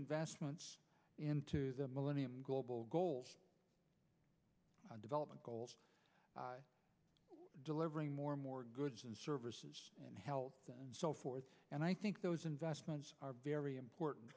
investments into the millennium global goals development goals delivering more and more goods and services and health and so forth and i think those investments are very important